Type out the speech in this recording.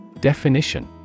Definition